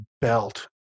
belt